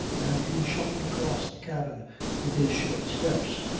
and he shuffled across the cabin with his short steps.